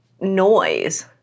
noise